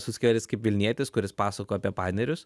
suckeveris kaip vilnietis kuris pasakojo apie panerius